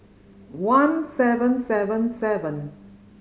one seven seven seven